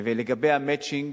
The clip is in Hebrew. לגבי ה"מצ'ינג",